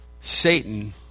Satan